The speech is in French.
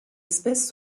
espèce